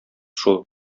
шул